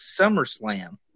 SummerSlam